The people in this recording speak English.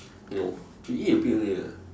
no he eat a bit only